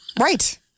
Right